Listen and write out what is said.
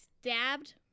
stabbed